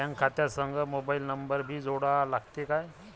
Bank खात्या संग mobile number भी जोडा लागते काय?